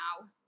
now